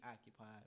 occupied